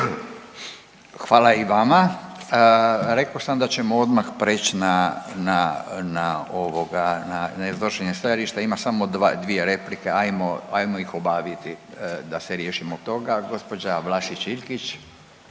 Hvala i vama. Rekao sam da ćemo odmah prijeći na iznošenje stajališta. Ima samo dvije replike, hajmo ih obaviti da se riješimo toga. Gospođa Vlašić Iljkić.